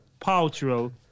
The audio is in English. Paltrow